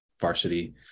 varsity